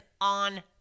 on